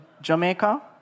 Jamaica